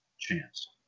chance